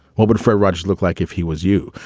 what would fred rogers look like if he was you?